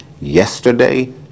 yesterday